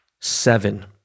seven